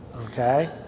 Okay